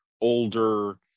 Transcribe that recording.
older